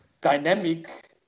dynamic